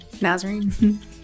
Nazarene